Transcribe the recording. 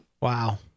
Wow